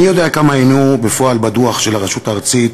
איני יודע כמה עיינו בפועל בדוח של הרשות הארצית